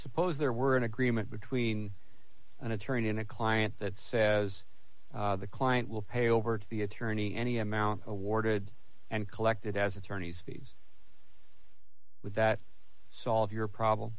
suppose there were an agreement between an attorney and a client that says the client will pay over to the attorney any amount awarded and collected as attorney's fees with that solve your problem